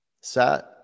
set